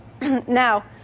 now